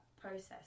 process